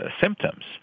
symptoms